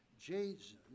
Jesus